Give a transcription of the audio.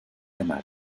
amat